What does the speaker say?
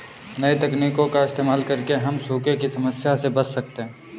नई तकनीकों का इस्तेमाल करके हम सूखे की समस्या से बच सकते है